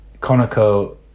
Conoco